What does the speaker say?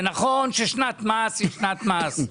נכון ששנת מס היא שנת מס,